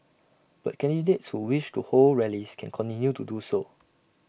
but candidates who wish to hold rallies can continue to do so